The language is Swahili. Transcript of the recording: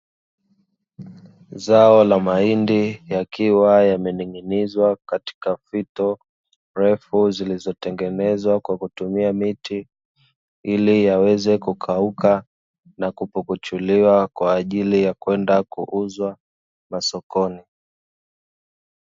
Zao la mahindi yakiwa yamening'inizwa katika fito ndefu zilizotengenezwa kwa kutumia miti. Ili yaweze kukauka na kupukuchuliwa kwaajili ya kwena kuuzwa masokoni.